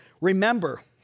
remember